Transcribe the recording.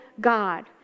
God